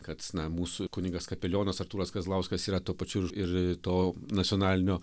kad na mūsų kunigas kapelionas artūras kazlauskas yra tuo pačiu ir ir to nacionalinio